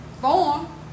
form